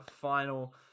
final